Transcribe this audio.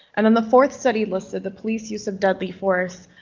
and and the fourth study listed, the police use of deadly force,